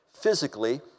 physically